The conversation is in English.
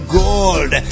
gold